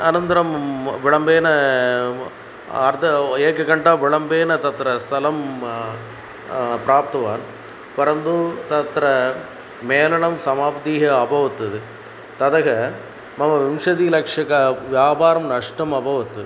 अनन्तरं विलम्बेन म् अर्ध ओ एकघण्टा विलम्बेन तत्र स्थलं प्राप्तवान् परन्तु तत्र मेलनं समाप्तिः अभवत् ततः मम विंशतिलक्षकं व्यापारं नष्टम् अभवत्